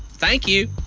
thank you